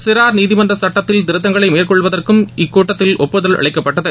சிறார் நீதிமன்ற சுட்டத்தில் திருத்தங்களை மேற்கொள்வதற்கும் இக்கூட்டத்தில் ஒப்புதல் அளிக்கப்பட்டது